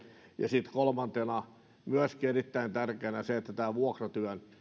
ja sitten kolmantena myöskin erittäin tärkeänä se että tämä vuokratyön